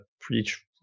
preach